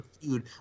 feud